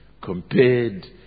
compared